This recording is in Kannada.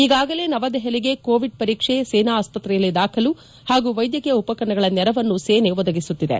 ಈಗಾಗಲೇ ನವದೆಹಲಿಗೆ ಕೋವಿಡ್ ಪರೀಕ್ಷೆ ಸೇನಾ ಆಸ್ಪತ್ರೆಯಲ್ಲಿ ದಾಖಲು ಹಾಗೂ ವೈದ್ಯಕೀಯ ಉಪಕರಣಗಳ ನೆರವನ್ನು ಸೇನೆ ಒದಗಿಸುತ್ತಿದೆ